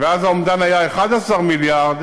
ואז האומדן היה 11 מיליארד,